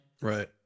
Right